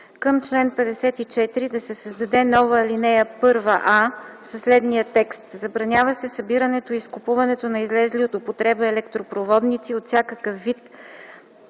към чл. 54: 1. да се създаде нова ал. 1а със следния текст: „Забранява се събирането и изкупуването на излезли от употреба електропроводници от всякакъв вид